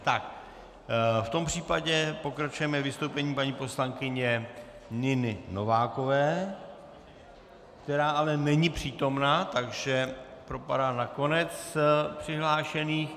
V tom případě pokračujeme vystoupením paní poslankyně Niny Novákové, která ale není přítomna, takže propadá na konec přihlášených.